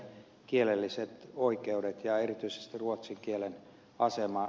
kielelliset oikeudet ja erityisesti ruotsin kielen asema